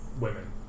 women